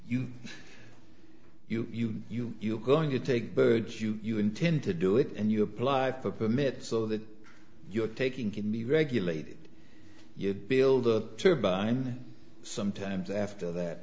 you you you you you going to take birds you you intend to do it and you apply for permits so that you're taking can be regulated you'd build a turbine sometimes after that